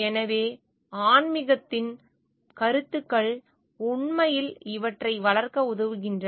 எனவே ஆன்மீகத்தின் கருத்துக்கள் உண்மையில் இவற்றை வளர்க்க உதவுகின்றன